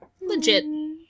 Legit